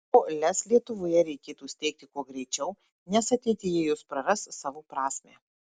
o lez lietuvoje reikėtų steigti kuo greičiau nes ateityje jos praras savo prasmę